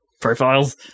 profiles